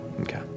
Okay